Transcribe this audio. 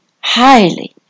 highly